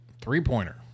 three-pointer